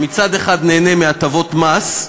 שמצד אחד הוא נהנה מהטבות מס,